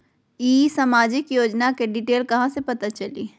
ई सामाजिक योजना के डिटेल कहा से पता चली?